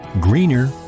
greener